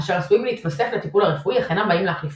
אשר עשויים להתווסף לטיפול הרפואי אך אינם באים להחליפו",